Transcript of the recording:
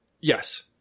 Yes